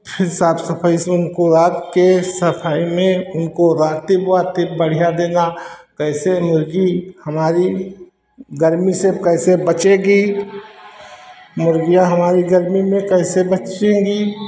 फिर साफ़ सफाई से उनको आज के सफाई में उनको बढिया देना ऐसे मुर्गी हमारी गर्मी से कैसे बचेगी मुर्गियाँ हमारी गर्मी में कैसे बची होगी